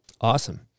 Awesome